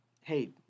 hey